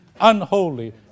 unholy